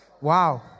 wow